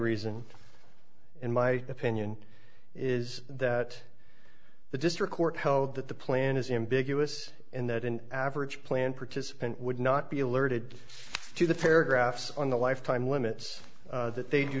reason in my opinion is that the district court held that the plan is in big us in that an average plan participant would not be alerted to the paragraphs on the lifetime limits that they do